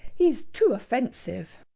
he's too offensive.